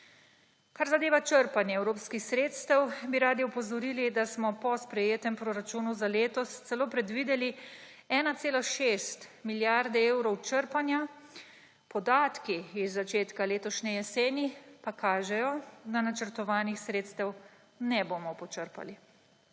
Kar zadeva črpanje evropskih sredstev, bi radi opozorili, da smo po sprejetem proračunu za letos celo predvideli 1,6 milijarde evrov črpanja. Podatki iz začetka letošnje jeseni pa kažejo, da načrtovanih sredstev ne bomo počrpali.